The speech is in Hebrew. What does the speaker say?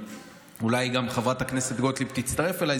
ואולי גם חברת הכנסת גוטליב תצטרף אליי,